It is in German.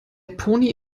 pony